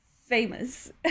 famous